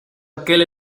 aquel